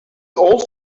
old